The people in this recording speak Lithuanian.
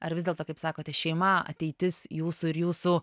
ar vis dėlto kaip sakote šeima ateitis jūsų ir jūsų